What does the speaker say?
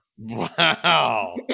Wow